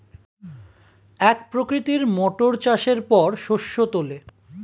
এক প্রকৃতির মোটর চাষের পর শস্য তোলে